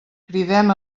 cridem